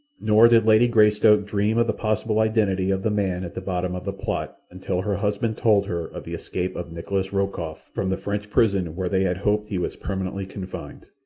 nor did lady greystoke dream of the possible identity of the man at the bottom of the plot until her husband told her of the escape of nikolas rokoff from the french prison where they had hoped he was permanently confined.